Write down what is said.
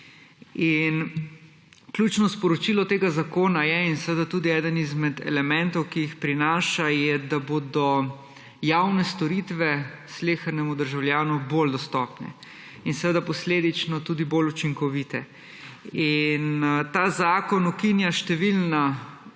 Ključno sporočilo tega zakona je in seveda tudi eden izmed elementov, ki jih prinaša, je, da bodo javne storitve slehernemu državljanu bolj dostopne in seveda posledično tudi bolj učinkovite. Ta zakon ukinja številna